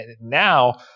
now